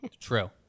True